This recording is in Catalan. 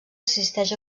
assisteix